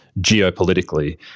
geopolitically